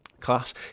class